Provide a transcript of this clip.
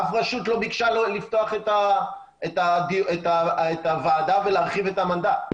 אף רשות לא ביקשה לפתוח את הוועדה ולהרחיב את המנדט.